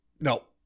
No